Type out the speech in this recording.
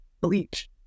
bleach